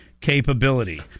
capability